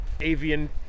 avian